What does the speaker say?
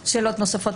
שאלות פתוחות נוספות?